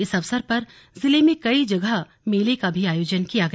इस अवसर पर जिले में कई जगह मेले का भी आयोजन किया गया